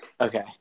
okay